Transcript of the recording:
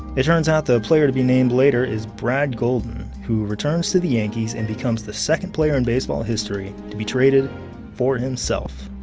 it turns out the player to be named later is brad gulden, who returns to the yankees and becomes the second player in baseball history to be traded for himself.